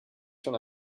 schon